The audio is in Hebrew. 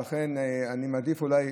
אז לכן אני מעדיף אולי,